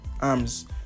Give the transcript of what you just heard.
arms